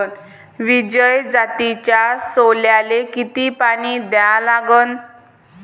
विजय जातीच्या सोल्याले किती पानी द्या लागन?